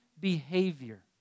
behavior